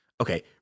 okay